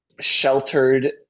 sheltered